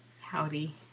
Howdy